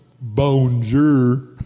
bonjour